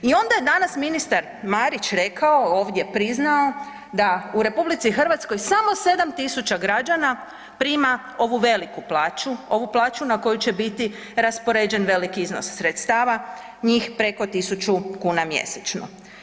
I onda je danas ministar Marić rekao ovdje priznao da u RH samo 7.000 građana prima ovu veliku plaću, ovu plaću na koju će biti raspoređen velik iznos sredstava njih preko 1.000 kuna mjesečno.